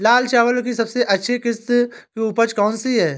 लाल चावल की सबसे अच्छी किश्त की उपज कौन सी है?